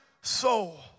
soul